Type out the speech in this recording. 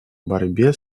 борьбе